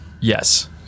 yes